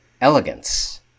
elegance